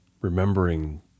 remembering